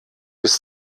bis